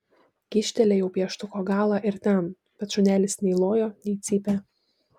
kyštelėjau pieštuko galą ir ten bet šunelis nei lojo nei cypė